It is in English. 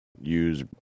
use